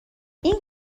این